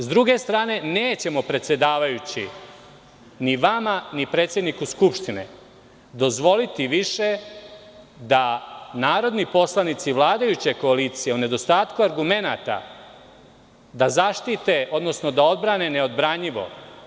S druge strane nećemo predsedavajući ni vama ni predsedniku Skupštine dozvoliti više da narodni poslanici vladajuće koalicije u nedostatku argumenata da zaštite, odnosno da odbrane neodbranjivo.